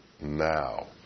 now